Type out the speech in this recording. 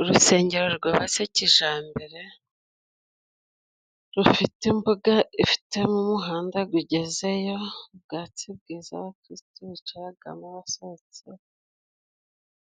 Urusengero gwubatse kijambere rufite imbuga ifitemo umuhanda gugezeho, ubwatsi bwiza abakiritu bicaraga basohotse.